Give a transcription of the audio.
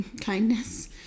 Kindness